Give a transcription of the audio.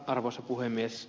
arvoisa puhemies